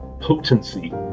potency